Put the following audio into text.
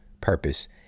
purpose